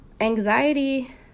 Anxiety